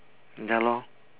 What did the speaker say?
ya lor